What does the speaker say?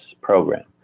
program